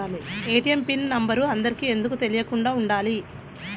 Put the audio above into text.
ATM PIN number అందరికి ఎందుకు తెలియకుండా ఉండాలి?